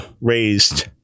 raised